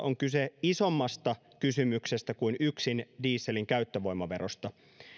on kyse isommasta kysymyksestä kuin yksin dieselin käyttövoimaverosta